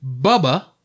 Bubba